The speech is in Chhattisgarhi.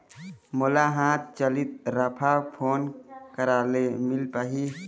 मोला हाथ चलित राफा कोन करा ले मिल पाही?